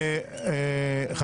רז,